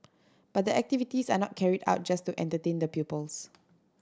but the activities are not carried out just to entertain the pupils